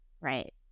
Right